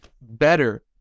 better